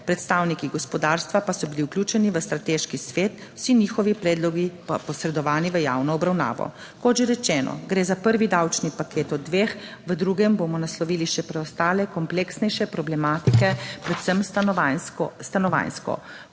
predstavniki gospodarstva pa so bili vključeni v strateški svet, vsi njihovi predlogi pa posredovani v javno obravnavo. Kot že rečeno, gre za prvi davčni paket od dveh. V drugem bomo naslovili še preostale kompleksnejše problematike, predvsem stanovanjsko.